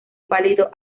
pálido